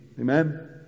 Amen